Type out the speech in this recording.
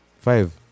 Five